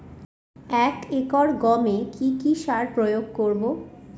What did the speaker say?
এক একর গমে কি কী সার প্রয়োগ করব?